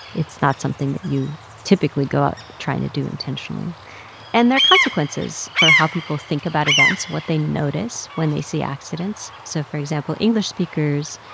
it's not something that you typically go out trying to do intentionally and there are consequences for how people think about events, what they notice when they see accidents. so for example, english speakers,